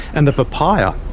and the papaya,